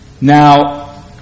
now